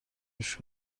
گوش